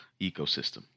ecosystem